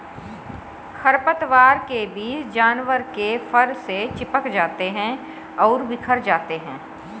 खरपतवार के बीज जानवर के फर से चिपक जाते हैं और बिखर जाते हैं